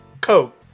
coke